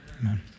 Amen